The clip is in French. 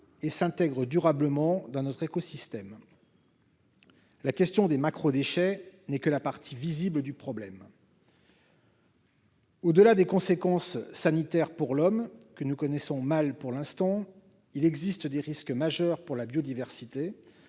et s'intègre durablement dans notre écosystème. La question des macros déchets n'est que la partie visible du problème. Au-delà des conséquences sanitaires pour l'homme que nous connaissons mal pour l'instant, il existe des risques majeurs pour la biodiversité,